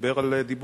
שדיבר על דיבורים.